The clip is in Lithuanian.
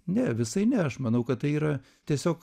ne visai ne aš manau kad tai yra tiesiog